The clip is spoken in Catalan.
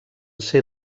ser